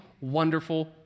wonderful